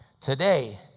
Today